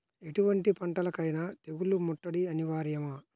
ఎటువంటి పంటలకైన తెగులు ముట్టడి అనివార్యమా?